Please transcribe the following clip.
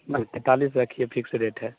नहीं तैंतालीस रखिए फिक्स रेट है